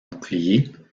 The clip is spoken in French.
boucliers